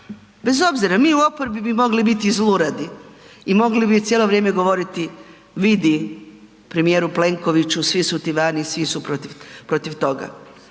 Bez obzira, mi u oporbi bi mogli biti zluradi i mogli bi cijelo vrijeme govoriti, vidi, premijeru Plenkoviću, svi su ti vani, svi su protiv toga.